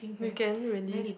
weekend release